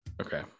Okay